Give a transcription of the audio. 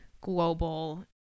global